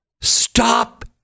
Stop